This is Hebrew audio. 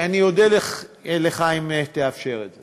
אני אודה לך אם תאפשר את זה.